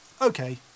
okay